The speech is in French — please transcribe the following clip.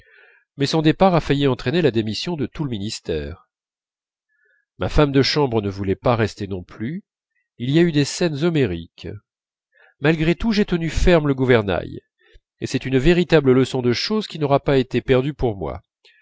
mais son départ a failli entraîner la démission de tout le ministère ma femme de chambre ne voulait pas rester non plus il y a eu des scènes homériques malgré tout j'ai tenu ferme le gouvernail et c'est une véritable leçon de choses qui n'aura pas été perdue pour moi